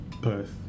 Perth